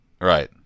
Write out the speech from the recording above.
Right